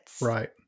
Right